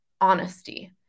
honesty